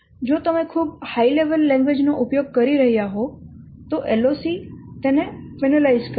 જો તમે ખૂબ હાય લેવલ લેંગ્વેજ નો ઉપયોગ કરી રહ્યા હો તો LOC તેને પેનલાઈઝ કરશે